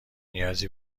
نیازی